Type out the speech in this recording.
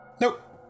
Nope